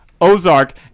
Ozark –